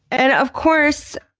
and of course,